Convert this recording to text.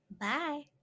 bye